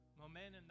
momentum